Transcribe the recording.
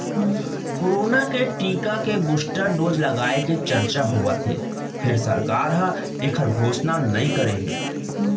corona के टीका के बूस्टर डोज लगाए के चरचा होवत हे फेर सरकार ह एखर घोसना नइ करे हे